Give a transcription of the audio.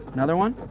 another one.